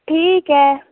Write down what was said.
ठीक ऐ